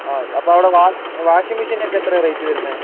ആ അപ്പോൾ അവിടെ വാഷിംഗ് വാഷിംഗ് മെഷീനൊക്കെ എത്രയാ റേറ്റ് വരുന്നത്